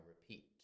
repeat